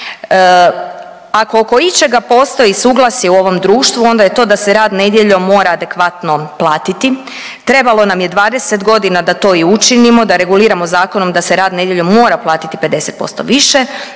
Ako oko ičega postoji suglasje u ovom društvu onda je to da se rad nedjeljom mora adekvatno platiti. Trebalo nam je 20 godina da to i učinimo, da reguliramo zakonom da se rad nedjeljom mora platiti 50% više